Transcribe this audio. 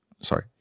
sorry